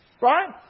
Right